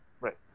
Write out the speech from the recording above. Right